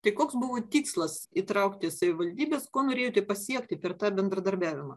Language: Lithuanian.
tai koks buvo tikslas įtraukti savivaldybes ko norėjote pasiekti per tą bendradarbiavimą